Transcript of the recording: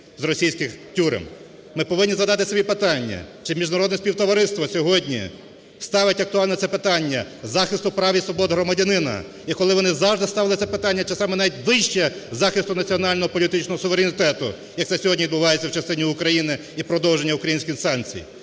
Ми повинні задати собі питання: чи міжнародне співтовариство сьогодні ставить актуальне це питання – захисту прав і свобод громадянина, і коли вони завжди ставили це питання ще саме навіть вище захисту національного політичного суверенітету, як це сьогодні відбувається в частині України і продовження українських санкцій?